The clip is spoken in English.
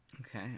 Okay